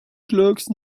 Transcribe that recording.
clerks